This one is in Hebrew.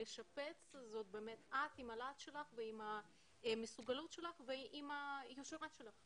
לשפץ זו באמת את עם הלהט שלך ועם המסוגלות שלך ועם היושרה שלך.